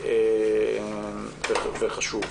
וחשוב.